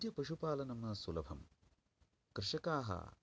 अद्य पशुपालन् न सुलभं कृषकाः